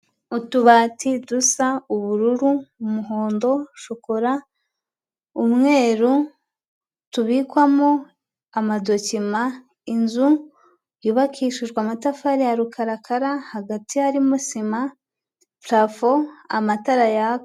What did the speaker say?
Utubati dusa: ubururu, umuhondo, shokora, umweru, tubikwamo amadokima; inzu yubakishijwe amatafari ya rukarakara hagati harimo sima, purafo, amatara yaka.